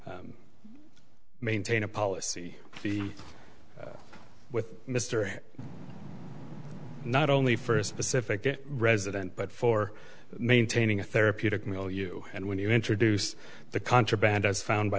maintain a policy with mystery not only for a specific resident but for maintaining a therapeutic meal you and when you introduce the contraband as found by